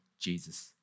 Jesus